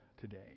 today